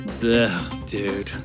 Dude